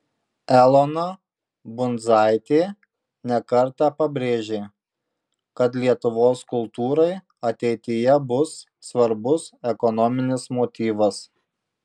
elona bundzaitė ne kartą pabrėžė kad lietuvos kultūrai ateityje bus svarbus ekonominis motyvas